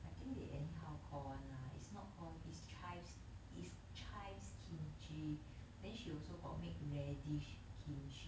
I think they anyhow call one lah it's not called is chives is chives kimchi then she also got make radish kimchi